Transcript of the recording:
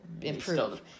improve